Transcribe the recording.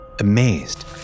amazed